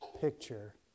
picture